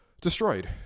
destroyed